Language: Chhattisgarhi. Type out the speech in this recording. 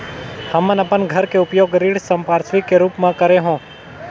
हमन अपन घर के उपयोग ऋण संपार्श्विक के रूप म करे हों